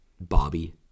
Bobby